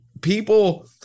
People